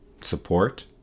support